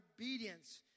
obedience